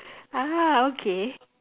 ah okay